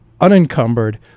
unencumbered